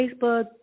Facebook